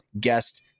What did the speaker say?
guest